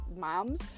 moms